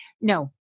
no